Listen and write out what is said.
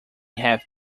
have